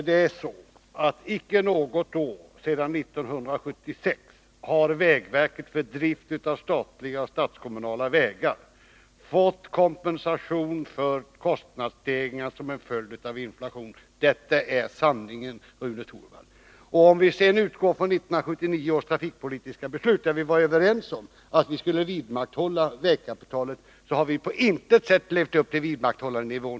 Herr talman! Icke något år sedan 1976 har vägverket för drift av statliga och statskommunala vägar fått kompensation för kostnadsstegringar som uppkommit till följd av inflationen. Det är sanningen, Rune Torwald. Om vi sedan utgår från 1979 års trafikpolitiska beslut, där vi var överens om att vi skulle vidmakthålla vägkapitalet, vill jag understryka att vi på intet sätt har levt upp till vidmakthållandenivån.